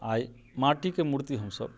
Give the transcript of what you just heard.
आइ माटिके मुर्ति हमसब